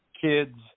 kids